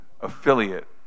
affiliate